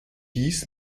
dies